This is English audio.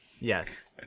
Yes